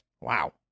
wow